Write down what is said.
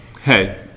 hey